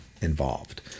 involved